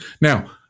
Now